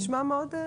זה מניח את הדעת.